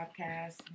podcast